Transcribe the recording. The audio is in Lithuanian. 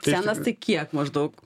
senas tai kiek maždaug